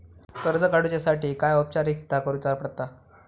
कर्ज काडुच्यासाठी काय औपचारिकता करुचा पडता?